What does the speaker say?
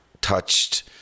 touched